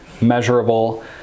measurable